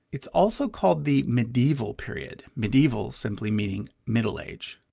it's also called the medieval period, medieval simply meaning middle age.